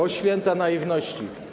O święta naiwności!